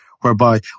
whereby